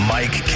Mike